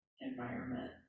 environment